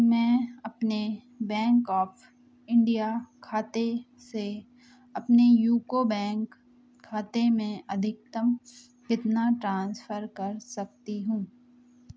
मैं अपने bank of India खाते से अपने यूको बैंक खाते में अधिकतम कितना ट्रान्सफर कर सकती हूँ